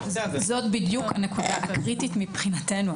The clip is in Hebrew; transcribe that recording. זאת בדיוק הנקודה הקריטית מבחינתנו.